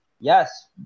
yes